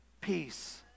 peace